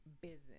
business